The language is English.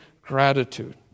gratitude